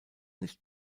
nicht